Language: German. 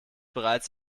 bereits